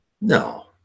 no